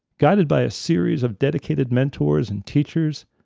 guided by a series of dedicated mentors and teachers,